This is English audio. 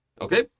Okay